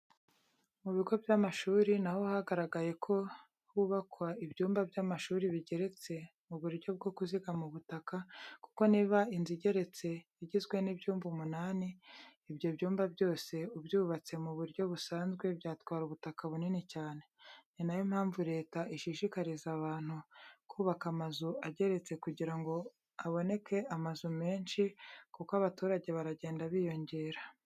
Mu bigo by'amashuri naho hagaragaye ko hubakwa ibyumba by'amashuri bigeretse mu buryo bwo kuzigama ubutaka, kuko niba inzu igeretse igizwe n'ibyumba umunani, ibyo byumba byose ubyubatse mu buryo busanzwe byatwara ubutaka bunini cyane. Ni nayo mpamvu Leta ishishikariza abantu kubaka amazu ageretse kugira ngo haboneke amazu menshi kuko abaturage baragenda biyongera.